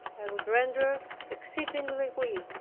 was rendered exceedingly weak.